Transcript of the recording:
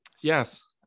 Yes